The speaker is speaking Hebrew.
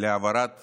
להעברת